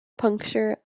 puncture